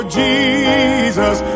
jesus